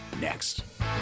next